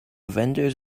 vendors